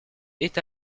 est